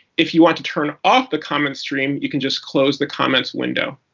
if you want to turn off the comment stream, you can just close the comments window.